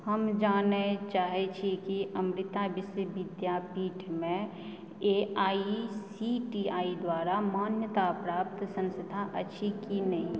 हम जानय चाहैत छी कि Amrita Vishwa Vidyapeeth A I C T E द्वारा मान्यताप्राप्त संस्था अछि कि नहि